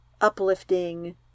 uplifting